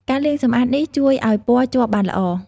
ការលាងសម្អាតនេះជួយឱ្យពណ៌ជាប់បានល្អ។